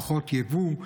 פחות יבוא,